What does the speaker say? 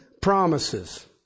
promises